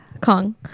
kong